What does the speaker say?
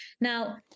now